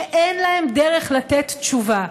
שאין להם דרך לתת תשובה.